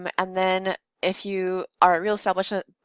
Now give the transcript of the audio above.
um and then if you are a real establishment,